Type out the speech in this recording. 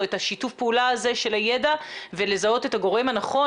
את שיתוף הפעולה הזה של הידע ולזהות את הגורם הנכון